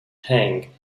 hang